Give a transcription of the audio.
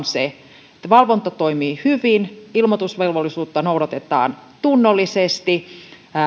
se että valvonta toimii hyvin ilmoitusvelvollisuutta noudatetaan tunnollisesti